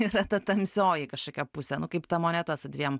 yra ta tamsioji kažkokia pusė nu kaip ta moneta su dviem